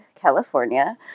California